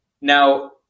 Now